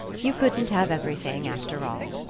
you couldn't have everything, after all.